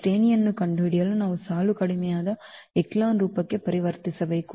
ಶ್ರೇಣಿಯನ್ನು ಕಂಡುಹಿಡಿಯಲು ನಾವು ಸಾಲು ಕಡಿಮೆಯಾದ ಎಚೆಲಾನ್ ರೂಪಕ್ಕೆ ಪರಿವರ್ತಿಸಬೇಕು